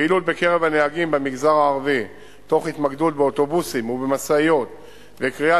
פעילות בקרב הנהגים במגזר הערבי תוך התמקדות באוטובוסים ובמשאיות וקריאה